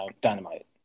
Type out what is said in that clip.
dynamite